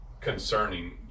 concerning